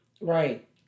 Right